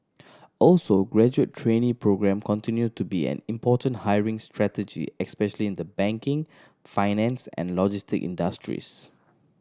also graduate trainee programme continue to be an important hiring strategy especially in the banking finance and logistic industries